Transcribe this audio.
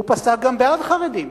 הוא פסק גם בעד חרדים.